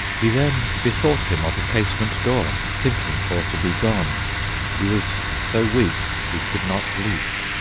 he then bethought him of a casement door, thinking for to begone he was so weak he could not leap,